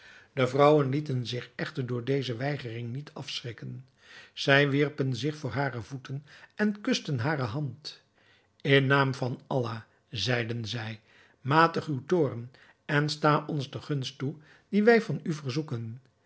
de vrouwen lieten zich echter door deze weigering niet afschrikken zij wierpen zich voor hare voeten en kusten hare hand in naam van allah zeiden zij matig uwen toorn en sta ons de gunst toe die wij van u verzoeken